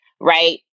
right